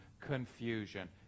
confusion